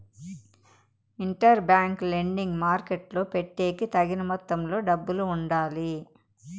inter bank lending మార్కెట్టులో పెట్టేకి తగిన మొత్తంలో డబ్బులు ఉండాలి